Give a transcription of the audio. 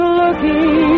looking